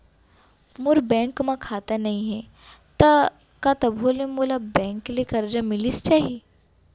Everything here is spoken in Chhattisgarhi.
मोर बैंक म खाता नई हे त का तभो ले मोला बैंक ले करजा मिलिस जाही?